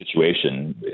situation